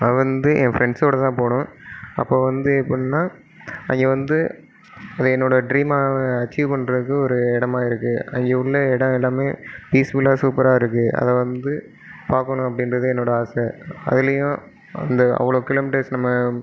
நான் வந்து என் ஃப்ரெண்ட்ஸ்ஸோடு தான் போகணும் அப்போது வந்து எப்படின்னா அங்கே வந்து அது என்னோட ட்ரீம்மாக அச்சீவ் பண்ணுறக்கு ஒரு இடமா இருக்குது அங்கே உள்ள இடம் எல்லாமே பீஸ்ஃபுல்லாக சூப்பராக இருக்குது அது வந்து பார்க்கணும் அப்படின்றது என்னோட ஆசை அதிலயும் அந்த அவ்வளோ கிலோ மீட்டர்ஸ் நம்ம